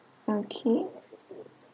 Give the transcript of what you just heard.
okay